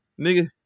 Nigga